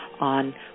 on